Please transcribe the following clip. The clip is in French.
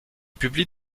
publie